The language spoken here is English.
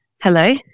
Hello